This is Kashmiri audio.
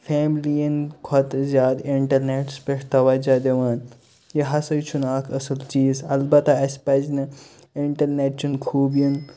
فیملِیَن کھۄتہٕ زیادٕ اِنٹرنٹَس پیٹھ تَوَجہ دِوان یہِ ہَسا چھُنہٕ اکھ اصل چیٖز اَلبَتہ اَسہِ پَز نہٕ اِنٹرنٹچَن خوٗبیَن